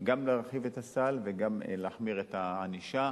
גם להרחיב את הסל וגם להחמיר את הענישה,